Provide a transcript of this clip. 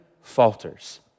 falters